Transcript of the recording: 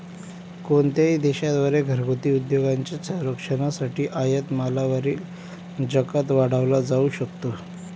कोणत्याही देशा द्वारे घरगुती उद्योगांच्या संरक्षणासाठी आयात मालावरील जकात वाढवला जाऊ शकतो